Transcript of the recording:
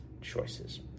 choices